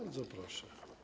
Bardzo proszę.